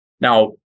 Now